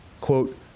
quote